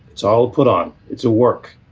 it's all put on. it's a work.